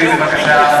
חבר הכנסת לוי, בבקשה.